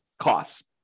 costs